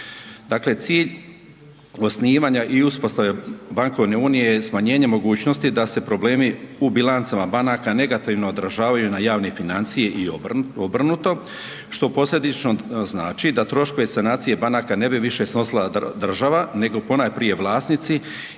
Dakle cilj osnivanja i uspostave bankovne unije je smanjenje mogućnosti da se problemi u bilancama banaka negativno odražavaju na javne financije i obrnuto, što posljedično znači da troškove sanacije banaka ne bi više snosila država nego ponajprije vlasnici